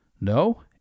No